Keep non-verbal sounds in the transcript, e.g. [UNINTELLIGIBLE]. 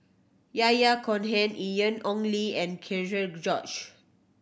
Yahya Cohen Ian Ong Li and [UNINTELLIGIBLE] George